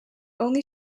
only